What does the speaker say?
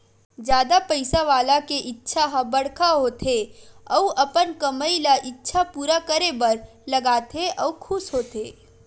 जादा पइसा वाला के इच्छा ह बड़का होथे अउ अपन कमई ल इच्छा पूरा करे बर लगाथे अउ खुस होथे